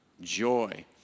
joy